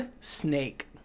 Snake